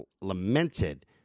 lamented